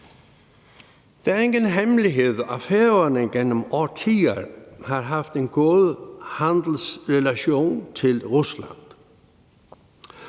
Det er ingen hemmelighed, at Færøerne igennem årtier har haft en god handelsrelation til Rusland,